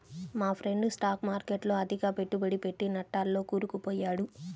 మా friend stock మార్కెట్టులో అతిగా పెట్టుబడి పెట్టి నట్టాల్లో కూరుకుపొయ్యాడు